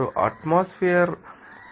96 atmosphere ం